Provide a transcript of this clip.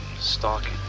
Stalking